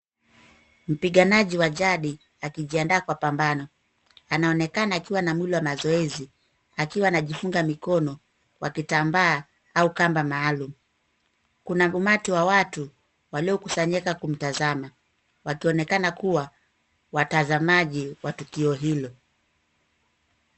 Mpiganaji, wa jadi, akijiandaa kwa pambano. Anaonekana akiwa na mwili wa mazoezi, akiwa anajifunga mikono kwa kitambaa au kamba maalum. Kuna umati wa watu waliokusanyika kumtazama, wakionekana kuwa watazamaji wa tukio hilo.